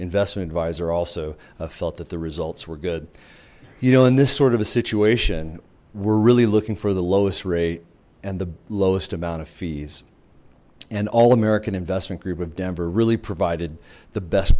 investment advisor also felt that the results were good you know in this sort of a situation we're really looking for the lowest rate and the lowest amount of fees and all american investment group of denver really provided the best